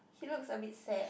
he looks a bit sad